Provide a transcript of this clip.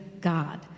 God